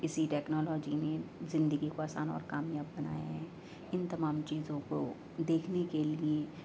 اسی ٹیکنالوجی نے زندگی کو آسان اور کامیاب بنایا ہے ان تمام چیزوں کو دیکھنے کے لئے